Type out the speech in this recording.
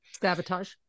sabotage